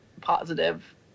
positive